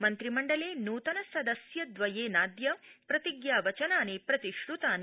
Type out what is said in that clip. मन्त्रिमण्डले नृतन सदस्य द्वयेनाद्य प्रतिज्ञावचनानि प्रतिश्त्तानि